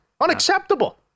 Unacceptable